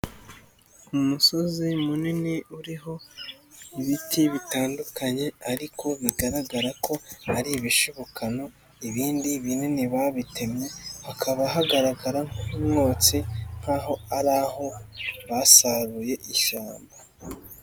Umusozi munini uriho biti bitandukanye ariko bigaragara ko ari ibishikano, ibindi binini babitemye, hakaba hagaragara nk'umwotsi nkaho ari aho basaruye ishyamba.